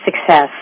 success